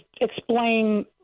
explain